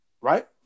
Right